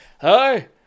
Hi